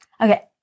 Okay